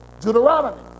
Deuteronomy